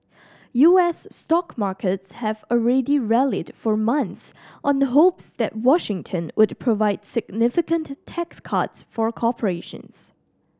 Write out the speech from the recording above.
U S stock markets have already rallied for months on hopes that Washington would provide significant tax cuts for corporations